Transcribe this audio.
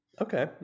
Okay